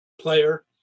player